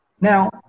now